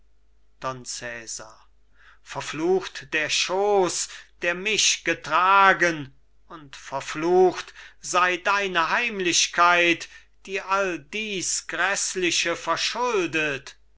cesar verflucht der schooß der mich getragen und verflucht sei deine heimlichkeit die all dies gräßliche verschuldet